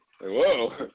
Whoa